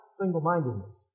single-mindedness